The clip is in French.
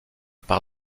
par